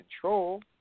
control